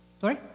Sorry